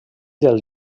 del